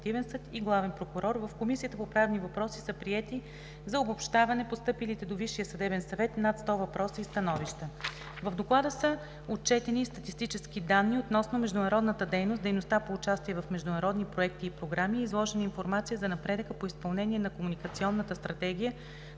в Комисията по правни въпроси са приети за обобщаване постъпилите до Висшия съдебен съвет над 100 въпроса и становища. В Доклада са отчетени и статистически данни относно международната дейност, дейността по участие в международни проекти и програми и е изложена информация за напредъка по изпълнение на Комуникационната стратегия